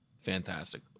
Fantastic